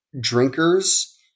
drinkers